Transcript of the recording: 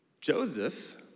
Joseph